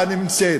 החשודה נמצאת.